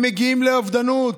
הם מגיעים לאובדנות.